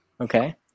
Okay